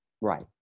Right